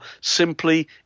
simply